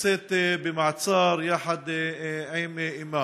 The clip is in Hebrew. שנמצאת במעצר יחד עם אימה.